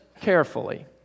carefully